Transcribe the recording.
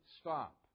stop